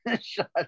Shut